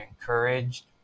encouraged